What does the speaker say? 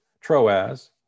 Troas